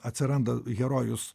atsiranda herojus